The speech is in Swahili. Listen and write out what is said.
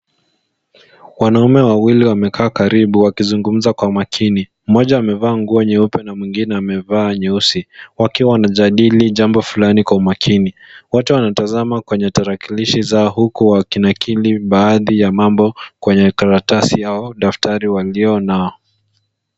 Wanaume wawili wamekaa karibu wakizugumza kwa makini. Mmoja amevaa nguo nyeupe na mwingine amevaa nyeusi. Wakiwa wanajadili jambo fulani kwa umakini. Wote wanatazama kwenye tarakilishi zao huku wakinakili baadhi ya mambo kwenye karatasi au daftari walio nao.